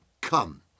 come